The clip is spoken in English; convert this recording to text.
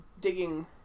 digging